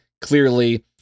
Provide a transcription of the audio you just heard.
clearly